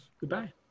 Goodbye